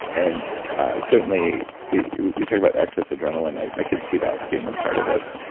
and certainly we talk about excess adrenaline, i could see that being a part of this,